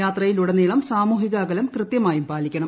യാത്രയിലുടനീളം സാമൂഹിക അകലം കൃതൃമായും പാലിക്കണം